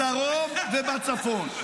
בדרום ובצפון.